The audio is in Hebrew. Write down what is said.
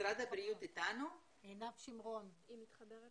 היא מתחברת